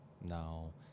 Now